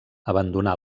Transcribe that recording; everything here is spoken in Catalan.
abandonà